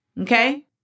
Okay